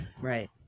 right